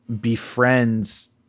befriends